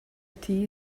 tea